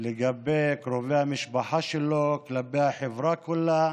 לגבי קרובי המשפחה שלו, כלפי החברה כולה,